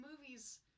movies